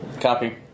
Copy